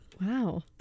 wow